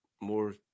more